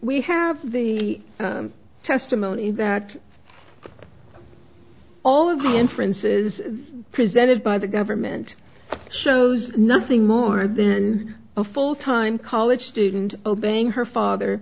we have the testimony that all of the inferences presented by the government shows nothing more than a full time college student obeying her father